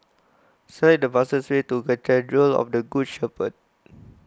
select the fastest way to Cathedral of the Good Shepherd